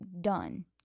Done